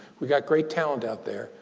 we've got great talent out there.